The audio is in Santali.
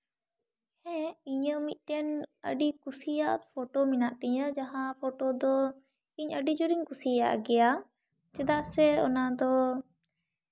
ᱦᱮᱸ ᱤᱧᱟᱹᱜ ᱢᱤᱫᱴᱮᱱ ᱟᱹᱰᱤ ᱠᱩᱥᱤᱭᱟᱜ ᱯᱷᱳᱴᱳ ᱢᱮᱱᱟᱜ ᱛᱤᱧᱟ ᱡᱟᱦᱟᱸ ᱯᱷᱳᱴᱳ ᱫᱚ ᱤᱧ ᱟᱹᱰᱤ ᱡᱳᱨᱤᱧ ᱠᱩᱥᱤᱭᱟᱜ ᱜᱮᱭᱟ ᱪᱮᱫᱟᱜ ᱥᱮ ᱚᱱᱟ ᱫᱚ